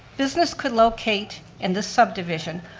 business could locate in the subdivision,